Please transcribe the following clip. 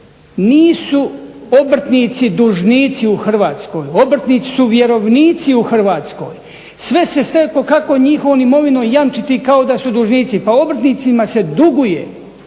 nisu obrtnici dužnici u Hrvatskoj. Obrtnici su vjerovnici u Hrvatskoj. Sve se steklo kako njihovom imovinom jamčiti kao da su dužnici. Pa obrtnicima se duguje!